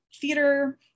theater